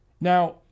now